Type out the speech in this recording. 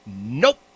Nope